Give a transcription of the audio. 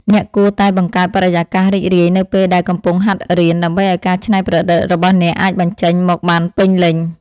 អ្នកគួរតែបង្កើតបរិយាកាសរីករាយនៅពេលដែលកំពុងហាត់រៀន ដើម្បីឱ្យការច្នៃប្រឌិតរបស់អ្នកអាចបញ្ចេញមកបានពេញលេញ។